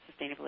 sustainably